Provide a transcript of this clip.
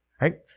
Right